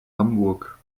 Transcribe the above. hamburg